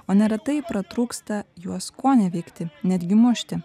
o neretai pratrūksta juos koneveikti netgi mušti